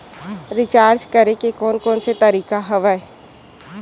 Recharge करे के कोन कोन से तरीका हवय?